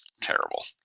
Terrible